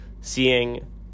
seeing